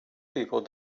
people